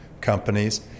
companies